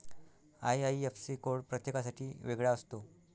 IIFC code प्रत्येकासाठी वेगळा असतो